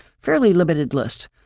fairly limited list.